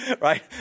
right